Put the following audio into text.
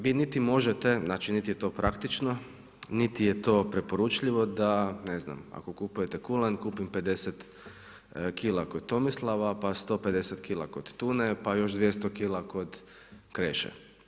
Vi niti možete, znači niti je to praktično, niti je to preporučljivo da ne znam, ako kupujete kulen, kupim 50 kg kod Tomislava, pa 150 kn kod Tune, pa još 200 kg kod Kreše.